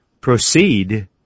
proceed